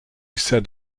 said